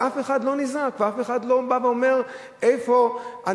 ואף אחד לא נזעק ואף אחד לא בא ואומר: איפה אנחנו